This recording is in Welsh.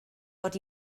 dod